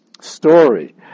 story